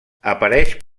apareix